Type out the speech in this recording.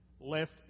left